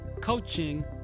Coaching